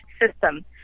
system